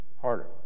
harder